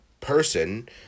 person